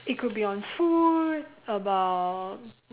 it could be on food about